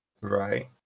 Right